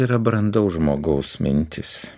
yra brandaus žmogaus mintis